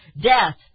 Death